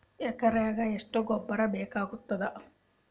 ಎಕರೆಗ ಎಷ್ಟು ಗೊಬ್ಬರ ಬೇಕಾಗತಾದ?